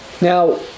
Now